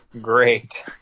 Great